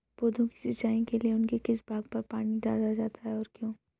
पौधों की सिंचाई के लिए उनके किस भाग पर पानी डाला जाता है और क्यों?